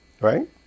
Right